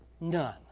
None